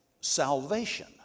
salvation